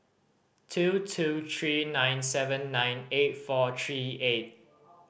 two two three nine seven nine eight four three eight